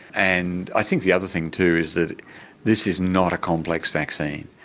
and i think the other thing too is that this is not a complex vaccine.